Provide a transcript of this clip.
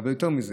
אבל יותר מזה,